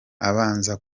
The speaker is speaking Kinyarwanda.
abanza